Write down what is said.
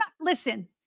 listen